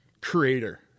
Creator